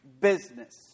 business